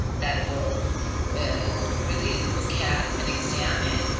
that will yeah really look at and examine